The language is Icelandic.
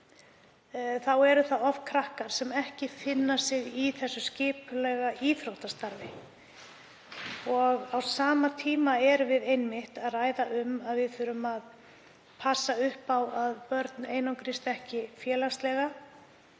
eru oft krakkar sem ekki finna sig í skipulögðu íþróttastarfi. Á sama tíma erum við einmitt að ræða um að við þurfum að passa upp á að börn einangrist ekki félagslega.